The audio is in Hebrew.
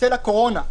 בצל הקורונה.